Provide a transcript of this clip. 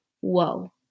whoa